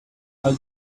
i’ll